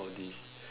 all these